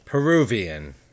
Peruvian